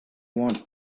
want